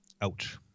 Ouch